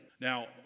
Now